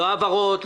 לא העברות,